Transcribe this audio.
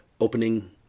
opening